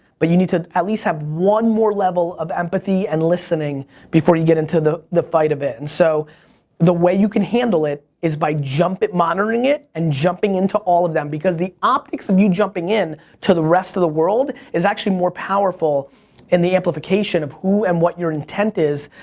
but you need to at least have one more level of empathy and listening before you get into the the fight of it, and so the way you can handle it is by jumping, monitoring it, and jumping into all of them, because the optics of you jumping in, to the rest of the world, is actually more powerful in the amplification of who and what your intent is,